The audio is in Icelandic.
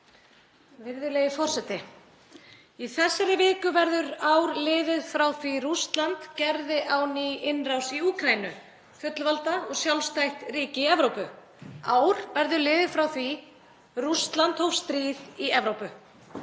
Í þessari viku verður ár liðið frá því að Rússland gerði á ný innrás í Úkraínu, fullvalda og sjálfstætt ríki í Evrópu. Ár verður liðið frá því að Rússland hóf stríð í Evrópu.